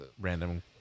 random